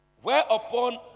whereupon